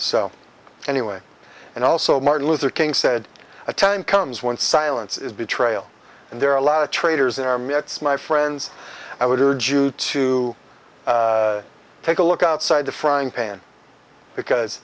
so anyway and also martin luther king said a time comes when silence is betrayal and there are a lot of traders in our mitts my friends i would urge you to take a look outside the frying pan because